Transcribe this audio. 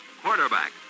Quarterback